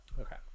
Okay